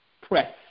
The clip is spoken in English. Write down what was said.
press